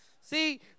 See